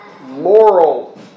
moral